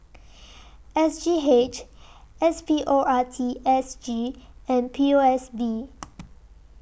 S G H S P O R T S G and P O S B